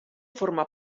forma